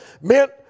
meant